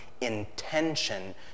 intention